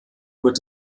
wird